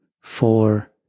four